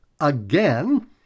again